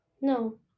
No